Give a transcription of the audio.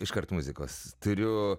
iškart muzikos turiu